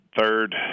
third